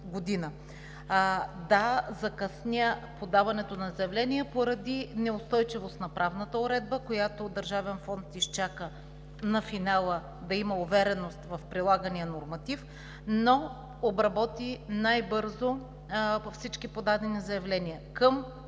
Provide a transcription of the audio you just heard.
Да, закъсня подаването на заявления поради неустойчивост на правната уредба, която Държавният фонд изчака на финала, за да има увереност в прилагания норматив, но обработи най-бързо всички подадени заявления. Към